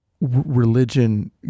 religion